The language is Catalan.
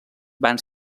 van